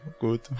good